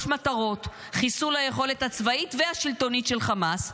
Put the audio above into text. מטרות: חיסול היכולת הצבאית והשלטונית של חמאס,